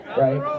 right